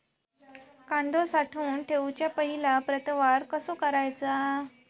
कांदो साठवून ठेवुच्या पहिला प्रतवार कसो करायचा?